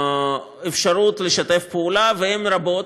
לאפשרות לשתף פעולה, ויש רבות.